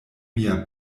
mia